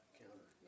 counter